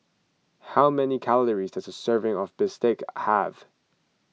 how many calories does a serving of Bistake have